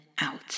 out